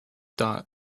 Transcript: dot